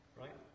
right